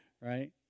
right